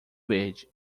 verde